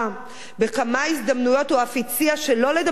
בכמה הזדמנויות הוא אף הציע שלא לדבר על חלוקת